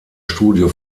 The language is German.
studio